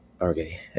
Okay